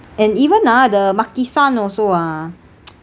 and even ah the makisan also ah